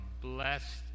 blessed